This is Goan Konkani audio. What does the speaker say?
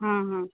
हां हां